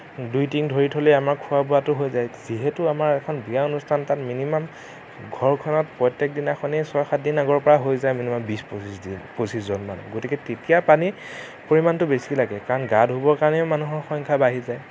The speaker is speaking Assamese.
দুইটিং ধৰি থ'লেই আমাৰ খোৱা বোৱাটো হৈ যায় যিহেতু আমাৰ বিয়া অনুস্থান তাত মিনিমাম ঘৰখনত প্ৰত্যেক দিনাখনেই ছয় সাতদিনৰ আগৰ পৰা হৈ যায় মিনিমাম বিশ পঁচিশ পঁচিশজনমান গতিকে তেতিয়া পানীৰ পৰিমাণটো বেছি লাগে কাৰণ গা ধুবৰ কাৰণেই মানুহৰ সংখ্যা বাঢ়ি যায়